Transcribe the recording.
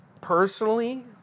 personally